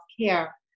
care